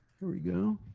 here we go.